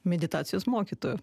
meditacijos mokytoju